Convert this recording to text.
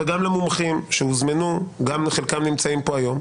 וגם למומחים שהוזמנו, חלקם נמצאים פה היום: